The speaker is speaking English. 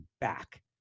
back